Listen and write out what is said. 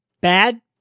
bad